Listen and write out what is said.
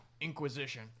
Inquisition